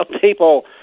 People